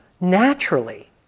naturally